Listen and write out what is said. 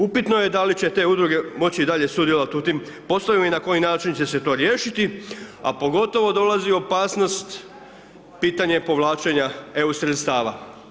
Upitno je da li će te udruge moći i dalje sudjelovati u tim poslovima i na koji način će se to riješiti, a pogotovo dolazi opasnost pitanje povlačenja EU sredstava.